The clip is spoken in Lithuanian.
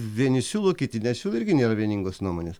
vieni siūlo kiti nesiūlo irgi nėra vieningos nuomonės